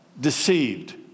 Deceived